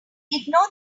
ignore